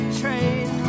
train